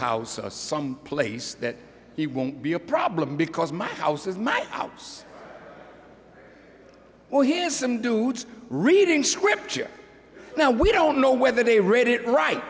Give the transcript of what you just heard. house or some place that he won't be a problem because my house is my house well here is some dude reading scripture now we don't know whether they read it right